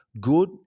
good